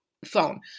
Phone